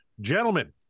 Gentlemen